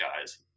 guys